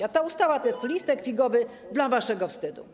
A ta ustawa to jest listek figowy waszego wstydu.